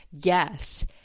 guess